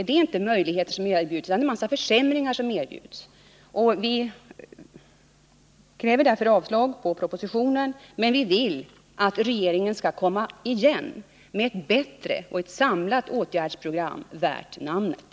Det är inte möjligheter som erbjuds, utan vad som erbjuds är en massa försämringar. Vi kräver avslag på propositionen, men vi vill att regeringen skall komma igen med ett bättre och samlat åtgärdsprogram, värt namnet.